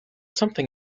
something